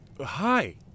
Hi